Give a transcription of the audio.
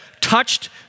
touched